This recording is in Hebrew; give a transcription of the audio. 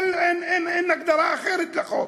אין הגדרה אחרת לחוק.